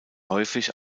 häufig